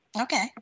Okay